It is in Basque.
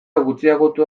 gutxiagotu